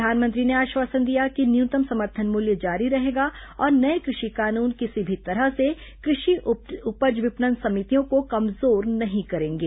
प्रधानमंत्री ने आश्वासन दिया कि न्यूनतम समर्थन मूल्य जारी रहेगा और नये कृषि कानून किसी भी तरह से कृषि उपज विपणन समितियों को कमजोर नहीं करेंगे